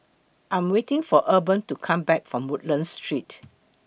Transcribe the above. I Am waiting For Urban to Come Back from Woodlands Street